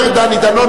אומר דני דנון,